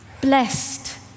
blessed